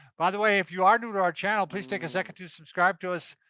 by the way, if you are new to our channel, please take a second to subscribe to us.